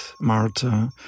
Marta